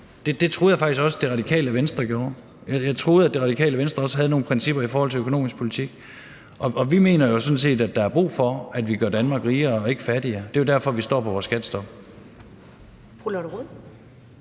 Det troede jeg faktisk også Det Radikale Venstre gjorde; jeg troede, at Det Radikale Venstre havde nogle principper i forhold til økonomisk politik. Vi mener jo sådan set, at der er brug for, at vi gør Danmark rigere og ikke fattigere. Det er derfor, vi står fast på vores skattestop.